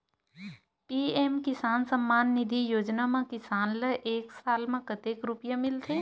PM किसान सम्मान निधी योजना म किसान ल एक साल म कतेक रुपिया मिलथे?